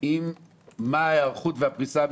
עם ההיערכות והפריסה המשטרתית.